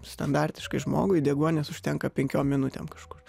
standartiškai žmogui deguonies užtenka penkiom minutėm kažkur